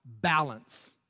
balance